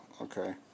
Okay